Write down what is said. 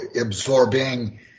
absorbing